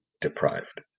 deprived